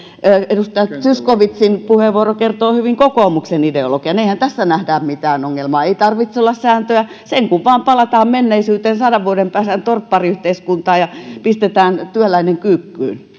edustaja zyskowiczin puheenvuoro kertoo hyvin kokoomuksen ideolo gian eihän tässä nähdä mitään ongelmaa ei tarvitse olla sääntöä sen kun vain palataan menneisyyteen sadan vuoden päähän torppariyhteiskuntaan ja pistetään työläinen kyykkyyn